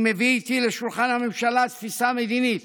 אני מביא איתי לשולחן הממשלה תפיסה מדינית